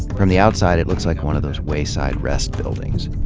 from the outside it looks like one of those wayside rest buildings.